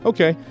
Okay